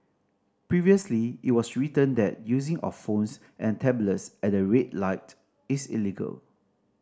previously it was written that using of phones and tablets at the red light is illegal